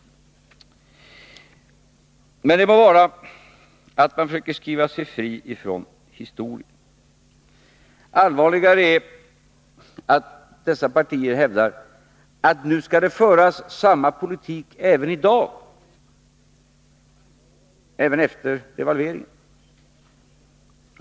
Det må vara att man försöker skriva sig fri från historien. Allvarligare är att dessa partier hävdar att det även i dag — efter devalveringen — skall föras samma politik.